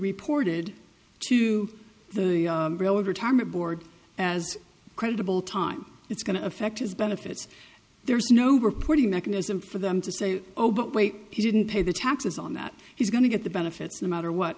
reported to the retirement board as credible time it's going to affect his benefits there's no reporting mechanism for them to say oh but wait he didn't pay the taxes on that he's going to get the benefits no matter what